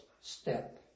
step